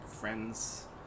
friends